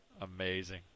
Amazing